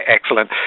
Excellent